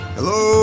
Hello